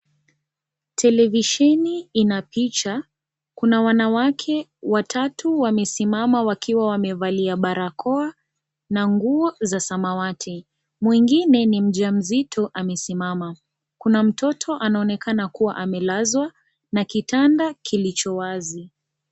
Televisheni ina picha, kuna wanawake watatu wamesimama wakiwa wamevalia barakoa na nguo za samawati. Mwingine ni mjamzito amesimama, kuna mtoto anaonekana kuwa amelazwa na kitanda kilicho wazi.